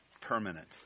permanent